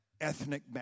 ethnic